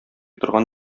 торган